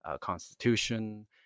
constitution